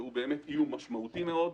שהוא באמת איום משמעותי מאוד.